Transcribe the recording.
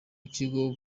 ikigo